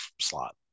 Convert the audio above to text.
slot